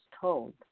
told